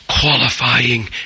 qualifying